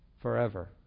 forever